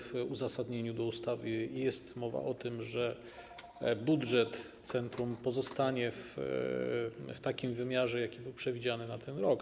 W uzasadnieniu do ustawy jest mowa o tym, że budżet centrum pozostanie w takim wymiarze, jaki był przewidziany na ten rok.